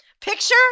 Picture-